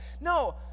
No